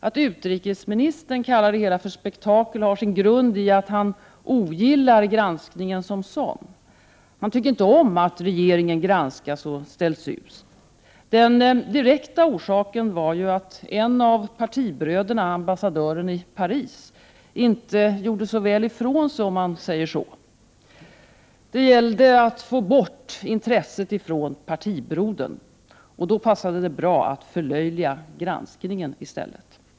Att utrikesministern kallar det hela för spektakel har sin grund i att han ogillar granskningen som sådan. Han tycker inte om att regeringen granskas och ställs ut. Den direkta orsaken var ju att en av partibröderna, ambassadören i Paris, inte gjorde så väl ifrån sig — om man säger så. Det gällde att få bort intresset från partibrodern. Då passade det bra att förlöjliga granskningen i stället.